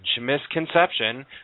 misconception